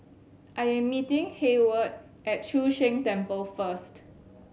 I am meeting Hayward at Chu Sheng Temple first